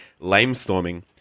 Lamestorming